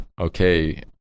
okay